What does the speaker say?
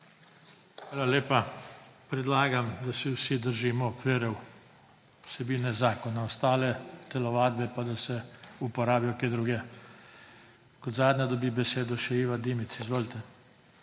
Hvala lepa. Predlagam, da se vsi držimo okvirjev vsebine zakona. Ostale telovadbe pa da se uporabijo kje drugje. Kot zadnja dobi besedo še Iva Dimic. Izvolite.